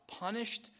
punished